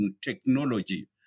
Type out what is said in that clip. technology